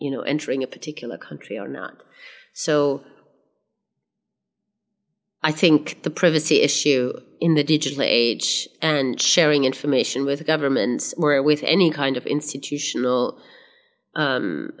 you know entering a particular country or not so i think the privacy issue in the digital age and sharing information with governments where with any kind of institutional